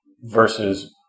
versus